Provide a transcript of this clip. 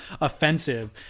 offensive